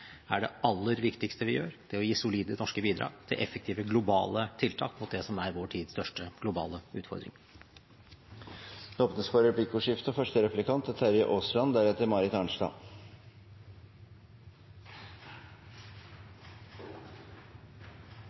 er det aller viktigste vi gjør – det å gi solide norske bidrag til effektive globale tiltak mot det som er vår tids største globale utfordring. Det blir replikkordskifte.